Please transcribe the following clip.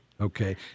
Okay